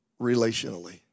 relationally